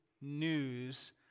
news